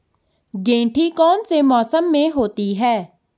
गेंठी कौन से मौसम में होती है?